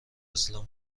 اصلا